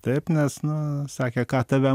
taip nes nu sakė ką tave